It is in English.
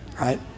right